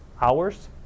hours